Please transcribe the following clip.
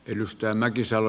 arvoisa puhemies